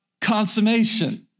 consummation